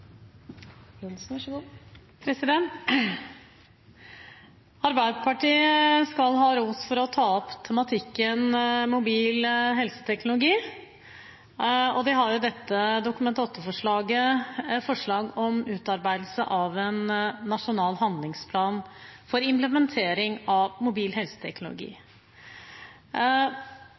Arbeiderpartiet skal ha ros for å ta opp tematikken mobil helseteknologi, og de har i dette Dokument 8-forslaget et forslag om utarbeidelse av en nasjonal handlingsplan for implementering av mobil helseteknologi.